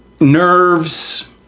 nerves